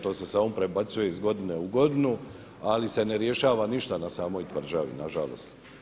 To se samo prebacuje iz godine u godinu ali se ne rješava ništa na samoj tvrđavi nažalost.